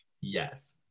Yes